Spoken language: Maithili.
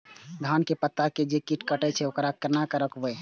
धान के पत्ता के जे कीट कटे छे वकरा केना रोकबे?